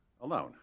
alone